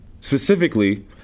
specifically